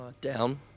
Down